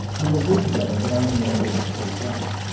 we all live together, but i am the only one that pays rent.